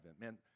Man